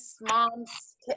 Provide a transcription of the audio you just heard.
moms